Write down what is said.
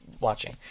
watching